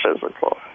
physical